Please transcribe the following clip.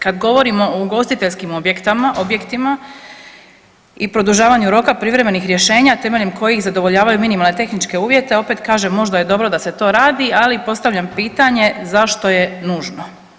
Kad govorimo o ugostiteljskim objektima i produžavanju roka privremenih rješenja, temeljem kojih zadovoljavaju minimalne tehničke uvjete, opet kažem, možda je dobro da se to radi, ali postavljam pitanje zašto je nužno?